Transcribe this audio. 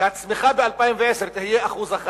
היתה שהצמיחה ב-2010 תהיה 1%;